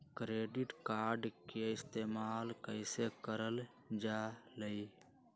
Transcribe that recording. Credit card के इस्तेमाल कईसे करल जा लई?